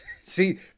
See